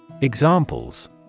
Examples